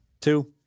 Two